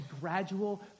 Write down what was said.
gradual